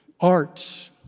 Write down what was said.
Arts